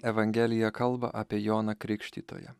evangelija kalba apie joną krikštytoją